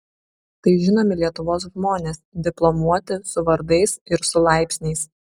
tai žinomi lietuvos žmonės diplomuoti su vardais ir su laipsniais